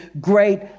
great